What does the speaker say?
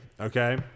Okay